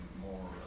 more